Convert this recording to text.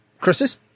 chris's